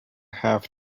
have